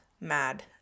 mad